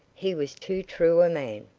he was too true a man.